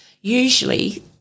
usually